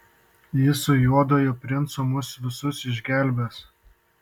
jis su juoduoju princu mus visus išgelbės